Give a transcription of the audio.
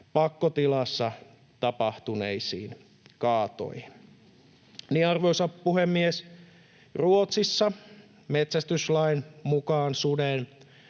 pakkotilassa tapahtuneisiin kaatoihin. Arvoisa puhemies! Ruotsissa metsästyslain mukaan suden